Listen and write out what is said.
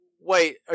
Wait